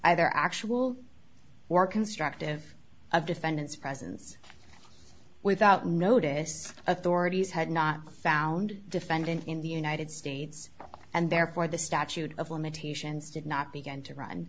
either actual or constructive of defendant's presence without notice authorities had not found defendant in the united states and therefore the statute of limitations did not begin to r